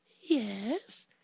Yes